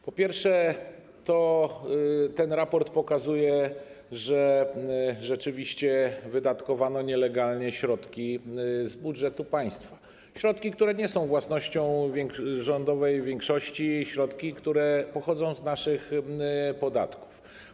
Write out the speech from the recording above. Po pierwsze, ten raport pokazuje, że rzeczywiście wydatkowano nielegalnie środki z budżetu państwa, środki, które nie są własnością rządowej większości, środki, które pochodzą z naszych podatków.